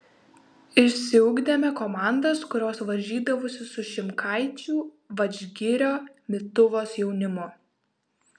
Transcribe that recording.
išsiugdėme komandas kurios varžydavosi su šimkaičių vadžgirio mituvos jaunimu